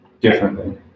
differently